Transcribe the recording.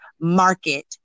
market